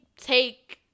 take